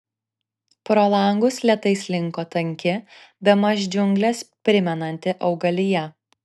pro langus lėtai slinko tanki bemaž džiungles primenanti augalija